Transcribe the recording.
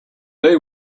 they